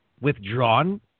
withdrawn